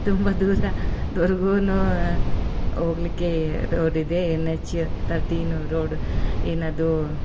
ತುಂಬ ದೂರ ದೂರಿಗೂನು ಹೋಗ್ಲಿಕ್ಕೆ ರೋಡ್ ಇದೆ ಎನ್ ಹೆಚ್ ತರ್ಟೀನ್ ರೋಡ್ ಏನದು